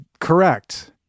Correct